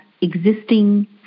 existing